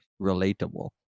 relatable